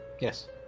Yes